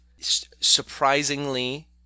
surprisingly